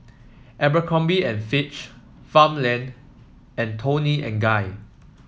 Abercrombie and Fitch Farmland and Toni and Guy